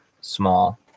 small